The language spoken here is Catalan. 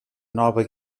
nova